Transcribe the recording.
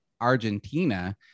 Argentina